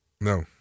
No